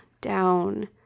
down